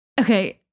okay